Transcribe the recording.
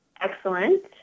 Excellent